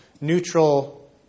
neutral